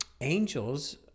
angels